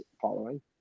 following